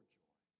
joy